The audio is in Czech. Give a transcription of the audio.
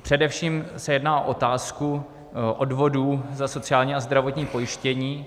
Především se jedná o otázku odvodů na sociální a zdravotní pojištění.